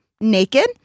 naked